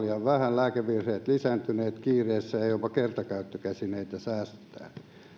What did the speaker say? lääkevirheet lisääntyneet kiireessä ja jopa kertakäyttökäsineitä säästetään